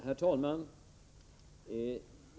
Herr talman!